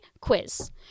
quiz